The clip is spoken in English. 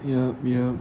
yup yup